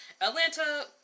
Atlanta